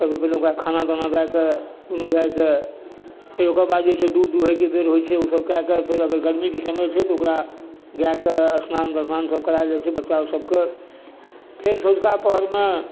सबसँ पहिने ओकरा खाना ताना दए कऽ दुनू गाएके फेर ओकर बाद जे छै से दूध दूहै के बेर होइ छै ओ सब कए कऽ अगर गरमीके समय छै तऽ ओकरा गाएके स्नान तस्नान सब करा दै छै बच्चा सबके फेर सँझुका पहरमे